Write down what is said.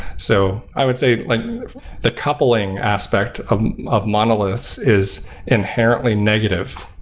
so i would say like the coupling aspect of of monoliths is inherently negative.